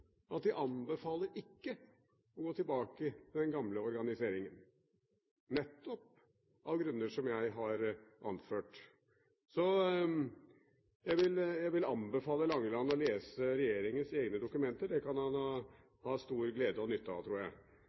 at de anbefaler ikke å gå tilbake til den gamle organiseringen, nettopp av grunner som jeg har anført. Jeg vil anbefale Langeland å lese regjeringens egne dokumenter. Det kan han ha stor glede og nytte av, tror jeg.